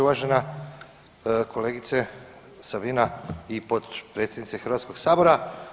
Uvažena kolegice Sabina i potpredsjednice Hrvatskoga sabora.